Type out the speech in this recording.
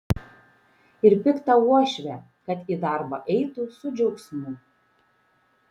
ir piktą uošvę kad į darbą eitų su džiaugsmu